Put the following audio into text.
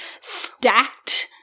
stacked